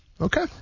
Okay